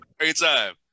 Anytime